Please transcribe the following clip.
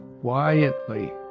Quietly